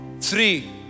Three